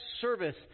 service